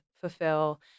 fulfill